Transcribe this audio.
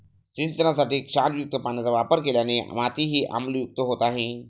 सिंचनासाठी क्षारयुक्त पाण्याचा वापर केल्याने मातीही आम्लयुक्त होत आहे